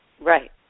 Right